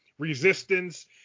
resistance